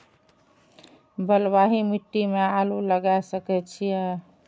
बलवाही मिट्टी में आलू लागय सके छीये?